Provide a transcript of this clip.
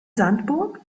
sandburg